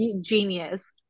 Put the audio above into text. Genius